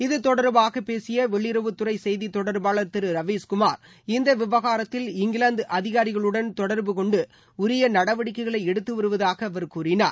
இது தொடர்பாக பேசிய வெளியுறவுத் துறை செய்தி தொடர்பாளர் திரு ரவிஷ்குமார் இந்த விவகாரத்தில் இங்கிலாந்து அதிகாரிகளுடன் தொடர்பு கொண்டு உரிய நடவடிக்கைகளை எடுத்துவருவதாக அவர் கூறினார்